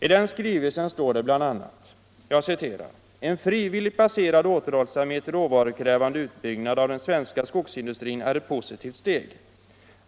I den skrivelse står det bl.a.: ”En frivilligt baserad återhållsamhet i råvarukrävande utbyggnad av den svenska skogsindustrin är ett positivt steg.